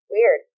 weird